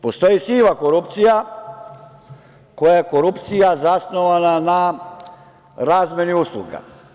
Postoji siva korupcija, koja je korupcija zasnovana na razmeni usluga.